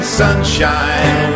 sunshine